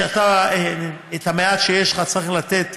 כשאתה, את המעט שיש לך צריך לתת,